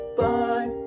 bye